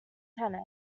tennis